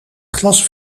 glas